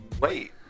wait